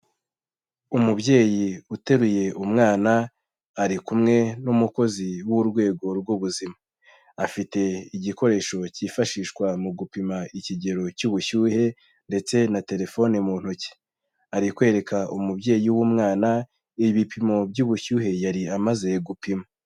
Umubyeyi uteruye umwana, ari kumwe n'umukozi w'urwego rw'ubuzima. Afite igikoresho cyifashishwa mu gupima ikigero cy'ubushyuhe, ndetse na telefone mu ntoki. Ari kwereka umubyeyi w'umwana ibipimo by'ubushyuhe yari amaze gupima.